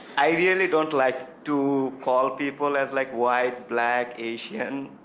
i really don't like to call people as like white, black, asian,